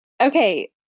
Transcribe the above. Okay